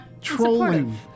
trolling